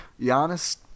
Giannis